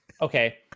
Okay